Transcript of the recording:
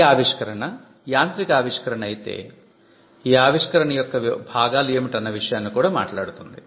ఈ ఆవిష్కరణ యాంత్రిక ఆవిష్కరణ అయితే ఆ ఆవిష్కరణ యొక్క భాగాలు ఏమిటి అన్న విషయాన్ని కూడా మాట్లాడుతుంది